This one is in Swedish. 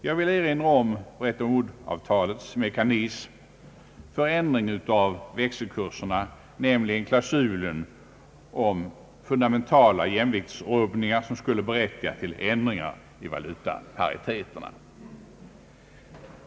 Jag vill erinra om Bretton Woodsavtalets mekanism för ändring av växelkurserna, nämligen klausulen om fundamentala jämviktsrubbningar, som skulle berättiga till ändringar i valutapariteterna.